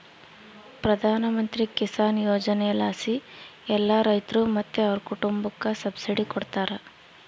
ಪ್ರಧಾನಮಂತ್ರಿ ಕಿಸಾನ್ ಯೋಜನೆಲಾಸಿ ಎಲ್ಲಾ ರೈತ್ರು ಮತ್ತೆ ಅವ್ರ್ ಕುಟುಂಬುಕ್ಕ ಸಬ್ಸಿಡಿ ಕೊಡ್ತಾರ